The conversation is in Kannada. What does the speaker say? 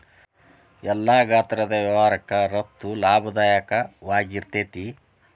ಎಲ್ಲಾ ಗಾತ್ರದ್ ವ್ಯವಹಾರಕ್ಕ ರಫ್ತು ಲಾಭದಾಯಕವಾಗಿರ್ತೇತಿ